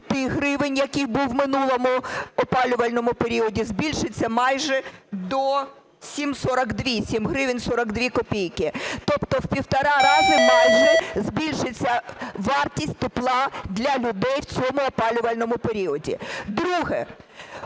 гривень, який був в минулому опалювальному періоді, збільшиться майже до 8 гривень 42 копійки, тобто в півтора рази майже збільшиться вартість тепла для людей в цьому опалювальному періоді. Друге.